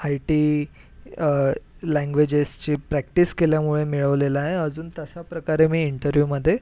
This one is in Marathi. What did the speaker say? आयटी लँग्वेजेसची प्रॅक्टिस केल्यामुळे मिळवलेलं आहे अजून तशा प्रकारे मी इंटरव्यूमधे